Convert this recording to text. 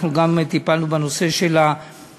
אנחנו גם טיפלנו גם בנושא של העצמאים,